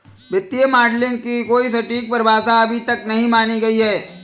वित्तीय मॉडलिंग की कोई सटीक परिभाषा अभी तक नहीं मानी गयी है